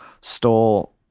stole